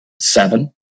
seven